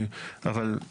אבל לשיקולך.